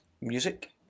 music